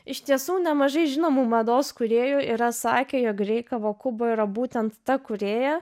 iš tiesų nemažai žinomų mados kūrėjų yra sakę jog rei kavakubo yra būtent ta kūrėja